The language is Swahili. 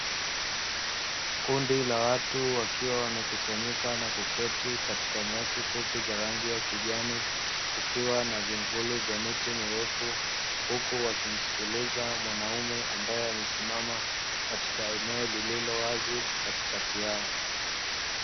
Kundi la watu wakiwa wamekusanyika na kuketi katika nyasi fupi za rangi ya kijani, kukiwa na vimvuli vya miti mirefu huku wakimsikiliza mwanaume ambaye amesimama katika eneo lililowazi katikati yao.